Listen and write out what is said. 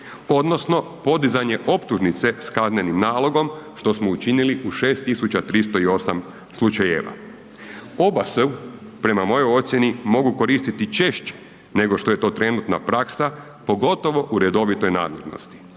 odnosno podizanje optuženice s kaznenim nalogom što smo učinili u 6308 slučajeva. Oba se prema mojoj ocijeni mogu koristiti i češće nego što je trenutna praksa, pogotovo u redovitoj nadležnosti.